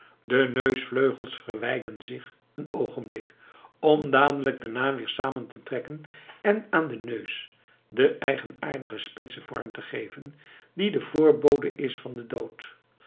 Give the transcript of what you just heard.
de neusvleugels verwijden zich een oogenblik om dadelijk daarna weer samen te trekken en aan den neus den eigenaardigen spitsen vorm te geven die de voorbode is van den dood